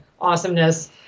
awesomeness